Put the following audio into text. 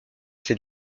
c’est